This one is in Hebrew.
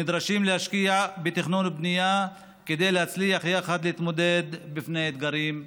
נדרשים להשקיע בתכנון ובנייה כדי להצליח יחד להתמודד עם אתגרים אלו.